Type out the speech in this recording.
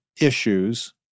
issues